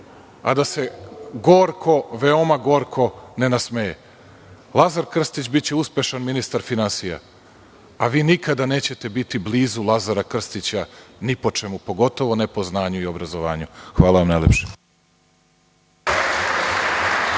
a da se gorko, veoma gorko ne nasmeje. Lazar Krstić biće uspešan ministar finansija, a vi nikada nećete biti blizu Lazara Krstića ni po čemu, pogotovo ne po znanju i obrazovanju. Hvala vam najlepše.